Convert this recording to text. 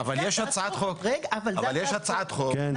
אבל רגע - אבל יש הצעת חוק- כן,